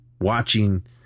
watching